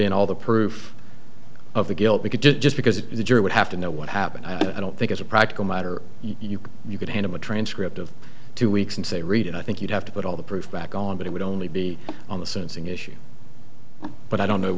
in all the proof of the guilt we could get just because the jury would have to know what happened i don't think as a practical matter you could you could have a transcript of two weeks and say read it i think you'd have to put all the proof back on but it would only be on the sentencing issue but i don't know